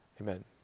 Amen